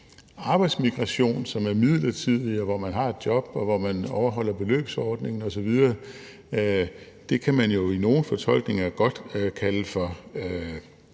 arbejdsmigration, som er midlertidig, hvor man har et job, og hvor man overholder beløbsordningen osv., som i nogle fortolkninger jo godt kan kaldes for